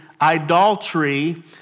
idolatry